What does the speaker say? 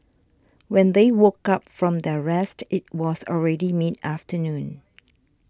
when they woke up from their rest it was already mid afternoon